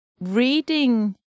Reading